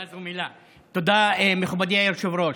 תודה, מכובדי היושב-ראש.